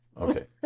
Okay